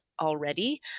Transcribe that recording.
already